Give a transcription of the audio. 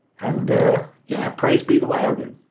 and yeah, praise be the wehraboo.